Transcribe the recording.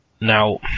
Now